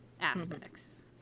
aspects